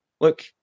Look